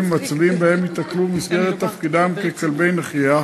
ומצבים שבהם ייתקלו במסגרת תפקידם ככלבי נחייה.